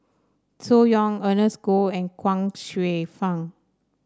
Zhu Hong Ernest Goh and Chuang Hsueh Fang